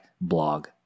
blog